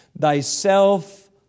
thyself